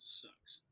sucks